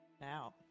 now